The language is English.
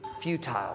futile